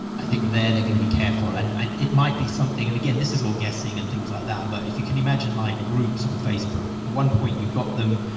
i think they're, they're going to be careful. and it might be something, and again, this is all guessing and things like that, but if you can imagine like groups on facebook at one point you've got them,